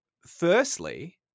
firstly